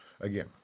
Again